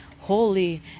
Holy